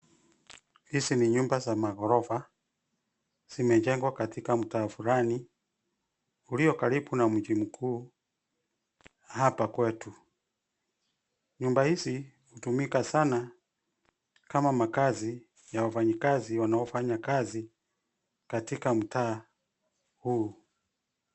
Hizi ni nyumba za magorofa zimejengwa katika mtaa fulani ulio karibu na mji mkuu hapa kwetu. Nyumba hizi hutumika sana kama makazi ya wafanyikazi wanaofanya kazi katika mtaa huu.